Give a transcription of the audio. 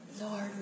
Lord